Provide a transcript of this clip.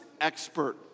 expert